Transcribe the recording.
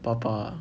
爸爸啊